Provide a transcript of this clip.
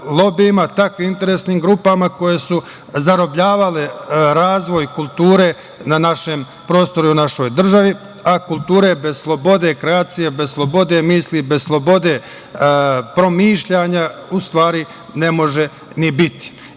takvim interesnim grupama koje su zarobljavale razvoj kulture na našem prostoru i u našoj državi, a kulture bez slobode, kreacije bez slobode, misli bez slobode promišljanja, u stvari ne može ni biti. Zato